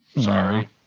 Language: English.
Sorry